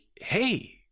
hey